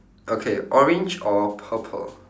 okay orange or purple